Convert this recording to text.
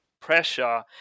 pressure